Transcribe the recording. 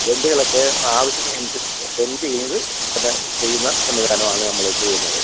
ബെൻഡുകളൊക്കെ ആവശ്യത്തിനനുസരിച്ച് ബെൻഡ് ചെയ്ത് അത്ചെയ്യുന്ന സംവിധാനമാണ് നമ്മള് ചെയ്യുന്നത്